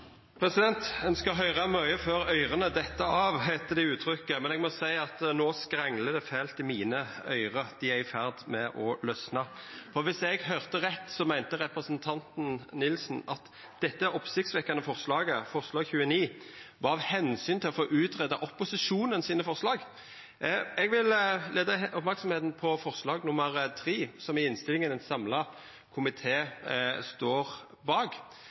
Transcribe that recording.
Ein skal høyra mykje før øyra dett av, heiter det i uttrykket. Men eg må seia at no skranglar det fælt i mine øyre – dei er i ferd med å losna. For viss eg høyrde rett, meinte representanten Nilsen at dette oppsiktsvekkjande forslaget, forslag nr. 29, var av omsyn til å få utgreidd opposisjonens forslag. Eg vil retta merksemda på forslag til vedtak, III, som ein samla komité står bak